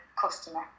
customer